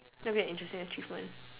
that'll be a interesting achievement